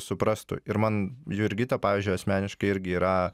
suprastų ir man jurgita pavyzdžiui asmeniškai irgi yra